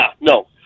no